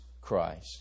Christ